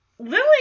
Lily